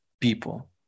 people